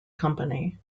company